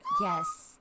Yes